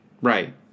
right